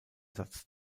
satz